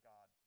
God